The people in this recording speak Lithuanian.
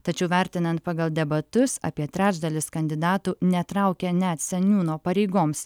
tačiau vertinant pagal debatus apie trečdalis kandidatų netraukia ne seniūno pareigoms